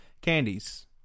candies